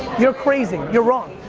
you're crazy. you're wrong.